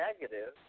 negative